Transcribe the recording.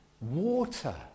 Water